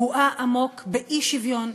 תקועה עמוק באי-שוויון,